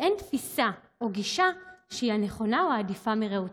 ואין תפיסה או גישה שהיא הנכונה או העדיפה מרעותה.